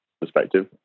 perspective